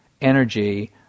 energy